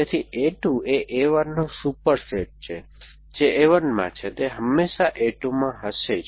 તેથી a 2 એ a 1 નો સુપરસેટ છે જે a 1 માં છે તે હંમેશા a 2 માં હશે જ